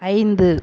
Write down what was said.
ஐந்து